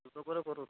দুশো করে করুন